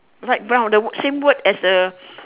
light brown the same word as the